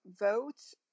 votes